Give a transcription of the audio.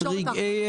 לשותפים,